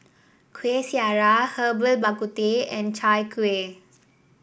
Kueh Syara Herbal Bak Ku Teh and Chai Kueh